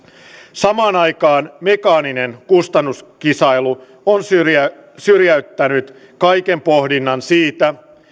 samaan aikaan mekaaninen kustannuskisailu on syrjäyttänyt syrjäyttänyt kaiken pohdinnan siitä